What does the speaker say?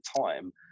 time